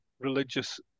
religious